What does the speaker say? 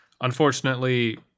Unfortunately